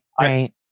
right